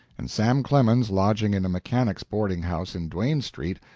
and sam clemens, lodging in a mechanics' boarding-house in duane street,